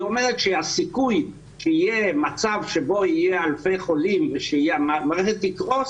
היא אומרת שהסיכוי שיהיה מצב שבו יהיו אלפי חולים והמערכת תקרוס